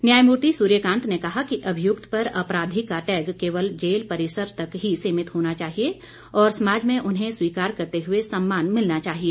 न्यायमूर्ति सूर्यकांत ने कहा कि अभियुक्त पर अपराधी का टैग केवल जेल परिसर तक ही सीमित होना चाहिए और समाज में उन्हें स्वीकार करते हुए सम्मान मिलना चाहिए